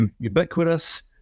ubiquitous